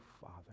father